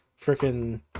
freaking